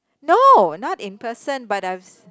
no not in person but I've s~